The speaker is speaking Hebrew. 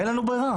אין דרך אחרת.